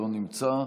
לא נמצא.